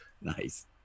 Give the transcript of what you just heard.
nice